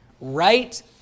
Right